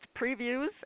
previews